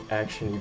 action